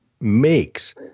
makes